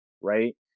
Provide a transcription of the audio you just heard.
right